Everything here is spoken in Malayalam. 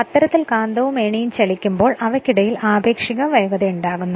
അത്തരത്തിൽ കാന്തവും ഏണിയും ചലിക്കുമ്പോൾ അവയ്ക്കിടയിൽ ആപേക്ഷിക വേഗതയുണ്ടാകുന്നു